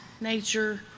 nature